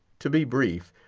to be brief,